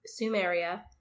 Sumeria